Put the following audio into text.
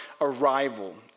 arrival